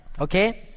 okay